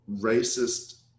racist